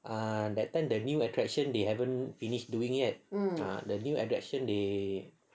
ah that time the new attraction they haven't finish doing yet ah the new attraction they